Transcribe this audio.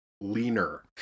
leaner